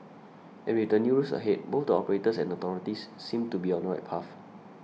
and with the new rules ahead both the operators and authorities seem to be on the right path